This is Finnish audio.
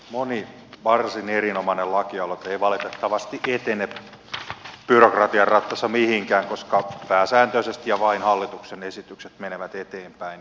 moni varsin erinomainen lakialoite ei valitettavasti etene byrokratian rattaissa mihinkään koska pääsääntöisesti ja vain hallituksen esitykset menevät eteenpäin